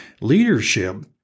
Leadership